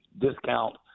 discount